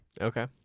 Okay